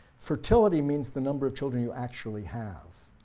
fertility means the number of children you actually have,